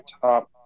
top